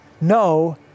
No